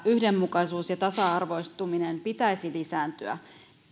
yhdenmukaisuuden ja tasa arvoistumisen pitäisi lisääntyä